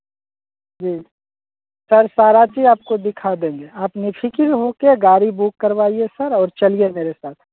जी sir सारा चीज़ आपको दिखा देंगे आप नीफिक्र हो कर गाड़ी बुक करवाइए सर और चलिए मेरे साथ